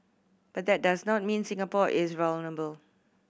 but that does not mean Singapore is vulnerable